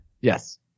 Yes